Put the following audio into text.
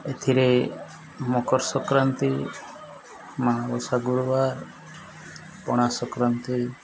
ଏଥିରେ ମକର ସଂକ୍ରାନ୍ତି ମାଣବସା ଗୁରୁବାର ପଣା ସଂକ୍ରାନ୍ତି